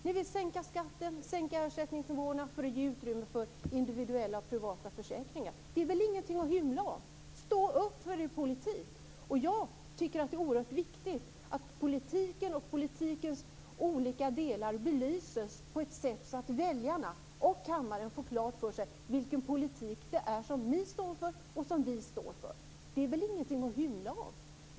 Ni vill sänka skatten och ersättningsnivåerna för att ge utrymme för individuella och privata försäkringar. Det är väl ingenting att hymla om. Stå upp för er politik! Jag tycker att det är oerhört viktigt att politiken och politikens olika delar belyses på ett sådant sätt att väljarna och kammaren får klart för sig vilken politik det är som ni står för och vilken politik det är som vi står för. Det är väl ingenting att hymla om.